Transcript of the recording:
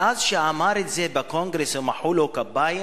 מאז שאמר את זה בקונגרס ומחאו לו כפיים,